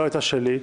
לא הייתה שלי,